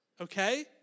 Okay